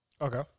Okay